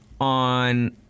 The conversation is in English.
on